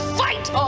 fight